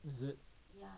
is it